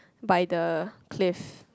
by the cliff